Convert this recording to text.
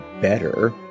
better